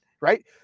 right